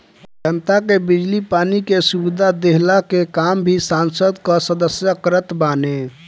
जनता के बिजली पानी के सुविधा देहला के काम भी संसद कअ सदस्य करत बाने